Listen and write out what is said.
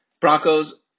Broncos